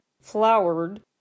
flowered